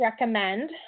recommend